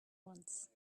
wants